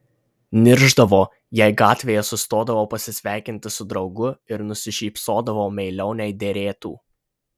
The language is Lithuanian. niršdavo jei gatvėje sustodavau pasisveikinti su draugu ir nusišypsodavau meiliau nei derėtų